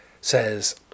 says